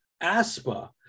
ASPA